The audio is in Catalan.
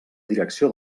direcció